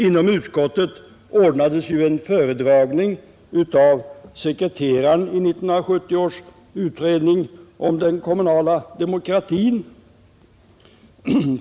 Inom utskottet ordnades det en föredragning av sekreteraren i 1970 års utredning om den kommunala demokratin.